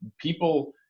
People